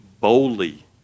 boldly